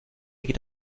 geht